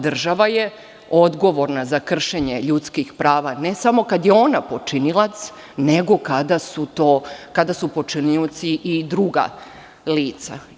Država je odgovorna za kršenje ljudskih prava ne samo kada je ona počinilac nego kada su počinioci i druga lica.